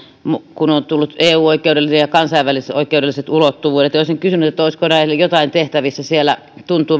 kun ovat tulleet eu oikeudelliset ja ja kansainvälisoikeudelliset ulottuvuudet olisin kysynyt olisiko näille jotain tehtävissä siellä tuntuu